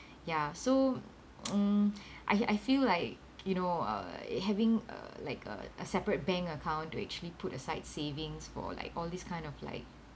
ya so um I I feel like you know uh having uh like a a separate bank account to actually put aside savings for like all this kind of like